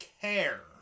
care